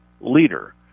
leader